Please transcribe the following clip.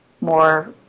more